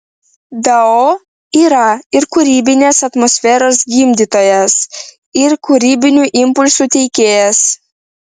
dao yra ir kūrybinės atmosferos gimdytojas ir kūrybinių impulsų teikėjas